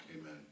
Amen